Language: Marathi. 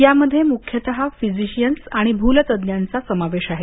यामध्ये मुख्यतः फिजिशियन्स आणि भूल तज्ञांचा समावेश आहे